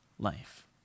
life